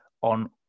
on